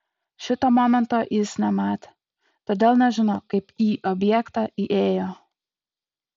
šito momento jis nematė todėl nežino kaip į objektą įėjo